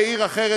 בעיר אחרת,